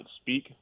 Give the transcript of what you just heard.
speak